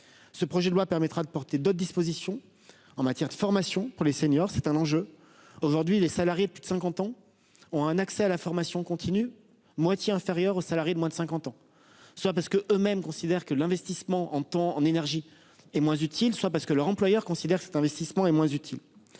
Ce projet de loi permettra de porter d'autres dispositions en matière de formation pour les seniors. C'est un enjeu aujourd'hui les salariés plus de 50 ans ont un accès à la formation continue, moitié inférieur aux salariés de moins de 50 ans soit parce que eux-mêmes considèrent que l'investissement en temps en énergie et moins utile, soit parce que leur employeur considère que cet investissement est moins utile.